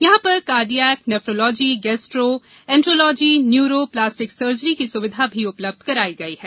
यहां पर cardiac nephrology gastroenterology neuro plastic surgery की सुविधा भी उपलब्ध कराई गई है